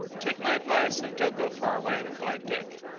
take my advice, and don't go far away, replied dick.